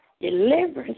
deliverance